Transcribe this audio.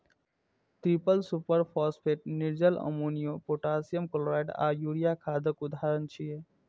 triple superphosphate, निर्जल ammonia, potassium chloride आ urea खादक उदाहरण छियै